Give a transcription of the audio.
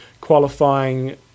qualifying